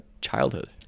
childhood